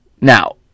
Now